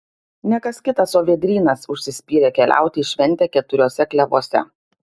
ne kas kitas o vėdrynas užsispyrė keliauti į šventę keturiuose klevuose